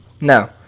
No